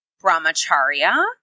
brahmacharya